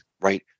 right